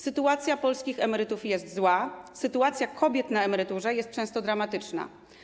Sytuacja polskich emerytów jest zła, sytuacja kobiet na emeryturze jest często dramatyczna.